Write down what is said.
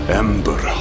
ember